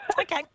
Okay